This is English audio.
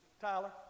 Tyler